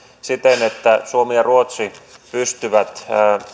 siten että suomi ja ruotsi pystyvät